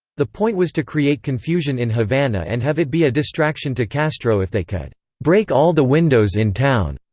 the point was to create confusion in havana and have it be a distraction to castro if they could break all the windows in town.